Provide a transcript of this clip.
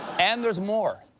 and there's more.